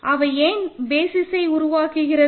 அவை ஏன் பேசிஸ்சை உருவாக்குகிறது